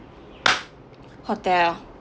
hotel